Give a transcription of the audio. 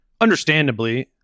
Understandably